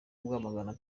rwamagana